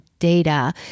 Data